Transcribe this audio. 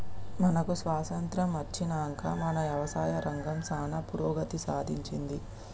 మనకు స్వాతంత్య్రం అచ్చినంక మన యవసాయ రంగం సానా పురోగతి సాధించింది